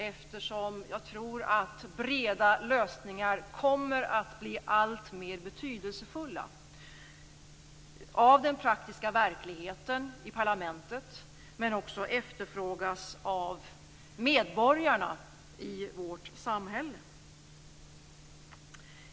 Jag tror nämligen att breda lösningar kommer att bli alltmer betydelsefulla både i den praktiska verkligheten, i parlamentet men de kommer också att efterfrågas av medborgarna i vårt samhälle.